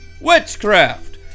witchcraft